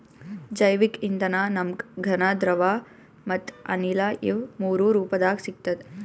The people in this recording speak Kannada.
ಜೈವಿಕ್ ಇಂಧನ ನಮ್ಗ್ ಘನ ದ್ರವ ಮತ್ತ್ ಅನಿಲ ಇವ್ ಮೂರೂ ರೂಪದಾಗ್ ಸಿಗ್ತದ್